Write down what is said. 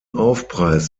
aufpreis